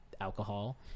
alcohol